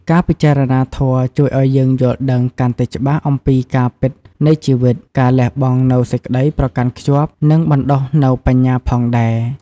ការពិចារណាធម៌ជួយឱ្យយើងយល់ដឹងកាន់តែច្បាស់អំពីការពិតនៃជីវិត ការលះបង់នូវសេចក្តីប្រកាន់ខ្ជាប់ និងបណ្ដុះនូវបញ្ញាផងដែរ។